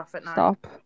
stop